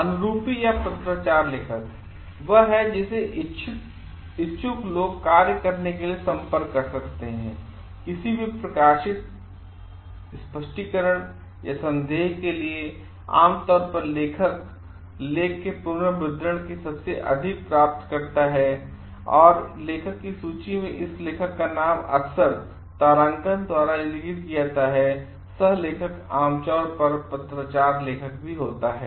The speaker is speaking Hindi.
अनुरूपी पत्राचार लेखकवह है जिसे इच्छुक लोग कार्य के लिए संपर्क कर सकते हैं किसी भी प्रकाशित स्पष्टीकरण या संदेह के लिए आमतौर पर लेखक लेख के पुनर्मुद्रण सबसे अधिक प्राप्त करता है लेखक की सूची में इसी लेखक का नामअक्सर तारांकन द्वारा इंगित करता है सह लेखक आमतौर पर पत्राचार लेखक है